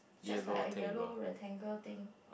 just like a yellow rectangle thing